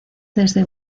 desde